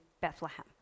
Bethlehem